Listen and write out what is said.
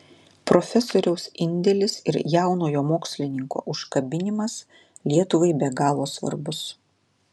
profesoriaus indelis ir jaunojo mokslininko užkabinimas lietuvai be galo svarbus